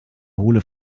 hohle